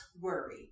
worry